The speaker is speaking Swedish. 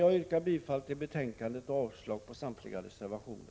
Jag yrkar bifall till hemställan i betänkandet och avslag på samtliga reservationer.